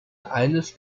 eines